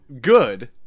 good